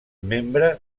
membre